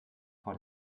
vor